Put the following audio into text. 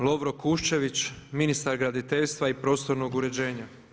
Lovro Kuščević, ministar graditeljstva i prostornog uređenja.